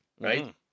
right